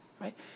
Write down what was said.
right